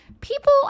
People